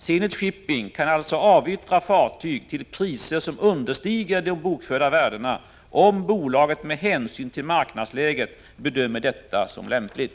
Zenit Shipping kan alltså avyttra fartyg till priser som understiger de bokförda värdena, om bolaget med hänsyn till marknadsläget bedömer detta som lämpligt.